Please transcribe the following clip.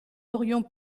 aurions